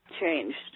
changed